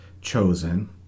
chosen